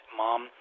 mom